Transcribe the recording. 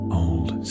old